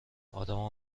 آدمها